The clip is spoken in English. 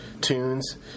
tunes